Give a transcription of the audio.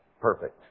perfect